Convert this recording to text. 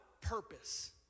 purpose